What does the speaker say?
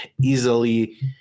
easily